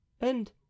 And